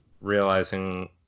realizing